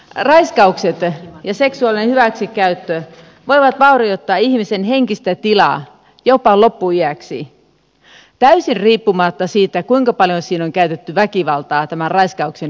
raiskaukset ja seksuaalinen hyväksikäyttö voivat vaurioittaa ihmisen henkistä tilaa jopa loppuiäksi täysin riippumatta siitä kuinka paljon siinä on käytetty väkivaltaa tämän raiskauksen yhteydessä